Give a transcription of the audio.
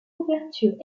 ouverture